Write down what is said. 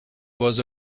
was